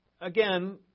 again